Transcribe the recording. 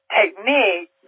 technique